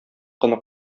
кына